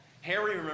Harry